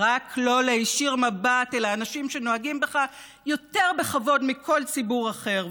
רק לא להישיר מבט אל האנשים שנוהגים בך יותר בכבוד מכל ציבור אחר.